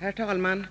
Herr talman!